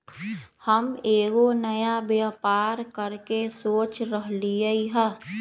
हम एगो नया व्यापर करके सोच रहलि ह